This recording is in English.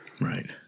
Right